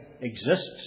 exists